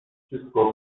wszystko